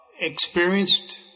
experienced